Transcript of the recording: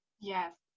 Yes